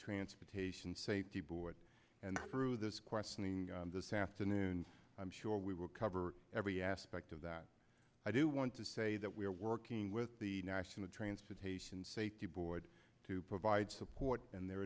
transportation safety board and through this questioning this afternoon i'm sure we will cover every aspect of that i do want to say that we are working with the national transportation safety board to provide support and their